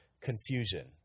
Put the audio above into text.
confusion